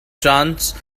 chance